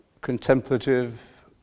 contemplative